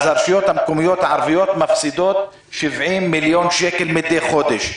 אז הרשויות המקומיות הערביות מפסידות 70 מיליון שקל מדי חודש.